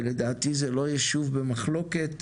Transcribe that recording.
ולדעתי זה לא ישוב במחלוקת,